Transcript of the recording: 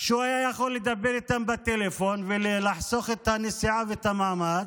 שהיה יכול לדבר איתם בטלפון ולחסוך את הנסיעה ואת המאמץ.